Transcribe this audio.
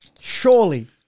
surely